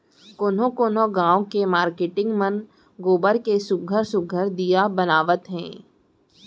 कोनो कोनो गाँव के मारकेटिंग मन गोबर के सुग्घर सुघ्घर दीया बनावत हे